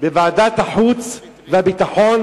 בוועדת החוץ והביטחון,